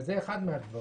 וזה אחד מהדברים.